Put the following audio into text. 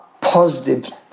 positive